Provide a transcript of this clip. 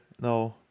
no